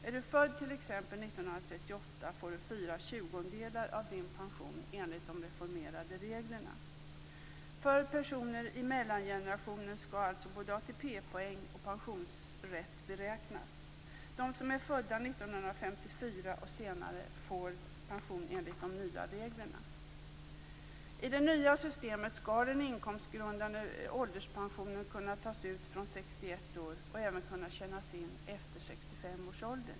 Är man född t.ex. 1938 får man 4/20 av sin pension enligt de reformerade reglerna. För personer i mellangenerationen skall alltså både ATP-poäng och pensionsrätt beräknas. De som är födda 1954 och senare får pension enligt de nya reglerna. I det nya systemet skall den inkomstgrundade ålderspensionen kunna tas ut från 61 års ålder och även kunna tjänas in efter 65 års ålder.